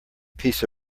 piece